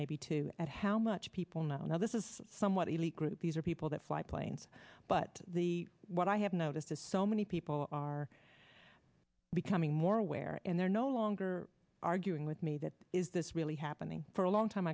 maybe two at how much people know this is somewhat elite group these are people that fly planes but the what i have noticed is so many people are becoming more aware and they're no longer arguing with me that is this really happening for a long time